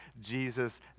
Jesus